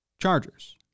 Chargers